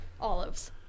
Olives